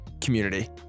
community